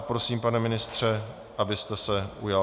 Prosím, pane ministře, abyste se ujal slova.